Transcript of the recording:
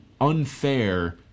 unfair